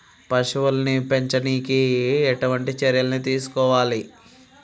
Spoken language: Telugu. పశువుల్ని పెంచనీకి ఎట్లాంటి చర్యలు తీసుకోవాలే?